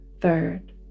third